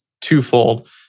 twofold